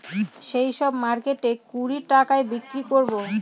সেই সব মার্কেটে কুড়ি টাকায় বিক্রি করাবো